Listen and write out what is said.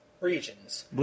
Regions